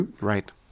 right